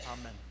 Amen